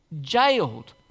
jailed